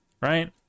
right